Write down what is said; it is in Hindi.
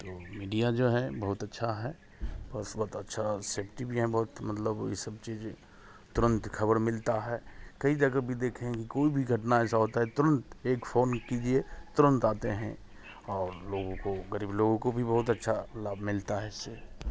तो मीडिया जो है बहुत अच्छा है और उसका बहुत अच्छा सेफ़्टी भी है बहुत मतलब ये सब चीज तुरंत खबर मिलता है कई जगह भी देखे हैं कोई भी घटना ऐसा होता है तो तुरंत एक फोन कीजिए तुरंत आते हैं और लोगों को गरीब लोगों को बहुत अच्छा लाभ मिलता है इससे